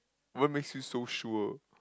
what makes you so sure